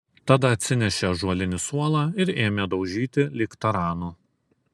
tada atsinešė ąžuolinį suolą ir ėmė daužyti lyg taranu